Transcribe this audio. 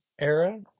era